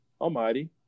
Almighty